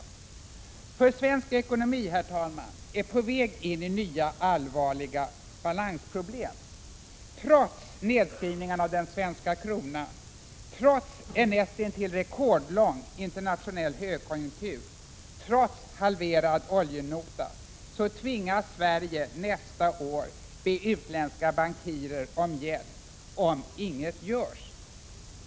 Svensk ekonomi är nämligen, herr talman, på väg in i nya allvarliga balansproblem. Trots nedskrivningen av den svenska kronan, trots en näst intill rekordlång internationell högkonjunktur, trots halverad oljenota tvingas ändå Sverige be utländska bankirer om hjälp om ingenting görs.